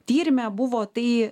tyrime buvo tai